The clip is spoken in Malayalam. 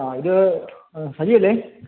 ആ ഇത് സജിയല്ലേ